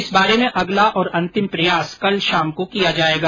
इस बारे में अगला और अंतिम प्रयास कल शाम को किया जाएगा